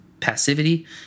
passivity